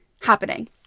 happening